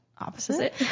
opposite